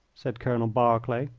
said colonel berkeley.